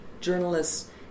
journalists